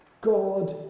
God